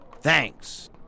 Thanks